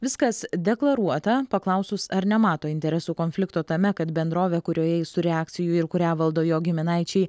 viskas deklaruota paklausus ar nemato interesų konflikto tame kad bendrovė kurioje jis turi akcijų ir kurią valdo jo giminaičiai